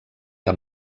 que